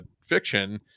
fiction